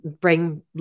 bring